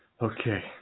Okay